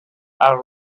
are